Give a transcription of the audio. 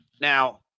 Now